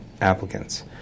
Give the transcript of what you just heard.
applicants